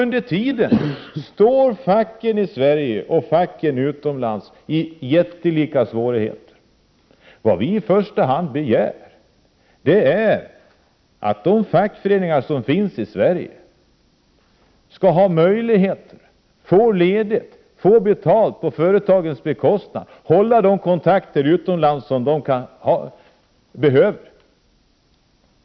Under tiden står facken i Sverige och utomlands inför jättelika svårigheter. Vad vi i första hand begär är att fackföreningsmedlemmar i Sverige skall få möjlighet att få ledigt för att på företagets bekostnad kunna upprätthålla de kontakter utomlands som de behöver.